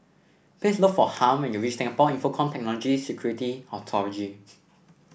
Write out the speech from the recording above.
please look for Harm when you reach Singapore Infocomm Technology Security Authority